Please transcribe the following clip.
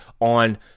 on